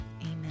amen